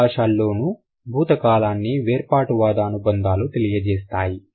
రెండు భాషల్లోనూ భూత కాలాన్ని వేర్పాటువాద అనుబంధాలు తెలియజేస్తాయి